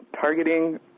targeting